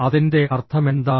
അതിൻ്റെ അർത്ഥമെന്താണ്